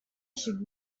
should